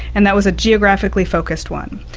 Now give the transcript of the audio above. and that was a geographically focused one.